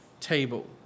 table